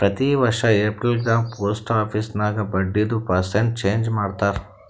ಪ್ರತಿ ವರ್ಷ ಎಪ್ರಿಲ್ಗ ಪೋಸ್ಟ್ ಆಫೀಸ್ ನಾಗ್ ಬಡ್ಡಿದು ಪರ್ಸೆಂಟ್ ಚೇಂಜ್ ಮಾಡ್ತಾರ್